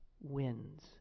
wins